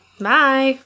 Bye